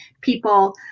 people